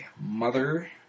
mother